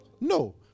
No